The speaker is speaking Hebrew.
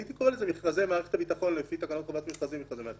הייתי קורא לזה מכרזי מערכת הביטחון לפי תקנות חובת מכרזי מערכת